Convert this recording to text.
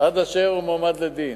עד אשר הוא מועמד לדין.